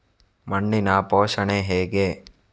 ಮಣ್ಣಿನ ಪೋಷಣೆ ಹೇಗೆ?